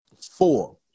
Four